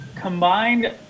combined